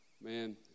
Man